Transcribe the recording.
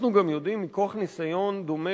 מכוח ניסיון קודם